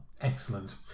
Excellent